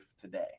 today